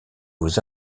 aux